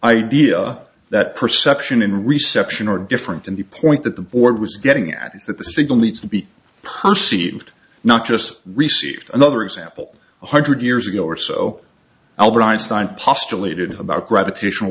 idea that perception in reception or different in the point that the board was getting at is that the signal needs to be percy ved not just received another example one hundred years ago or so albert einstein postulated about gravitational